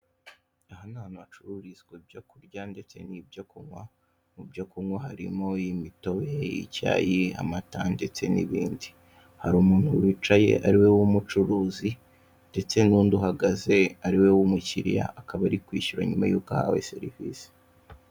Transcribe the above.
Aha ni ahantu hacururizwa ibyo kurya ndetse n'ibyo kunywa mu byo kunywa harimo imitobe, icyayi, amata ndetse n'ibindi, hari umuntu wicaye ari we w'umucuruzi ndetse n'undi uhagaze ari we w'umukiriya akaba ari kwishyura nyuma yuko ahawe serivisi.